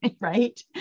right